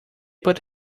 puts